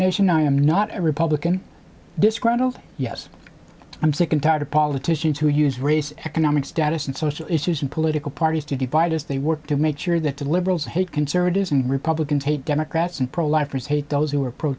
nation i am not a republican disgruntled yes i'm sick and tired of politicians who use race economic status and social issues and political parties to divide us they work to make sure that the liberals hate conservatives and republicans hate democrats and pro lifers hate those who are pro